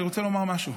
אני רוצה לומר משהו,